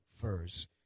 First